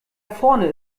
vorne